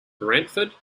brantford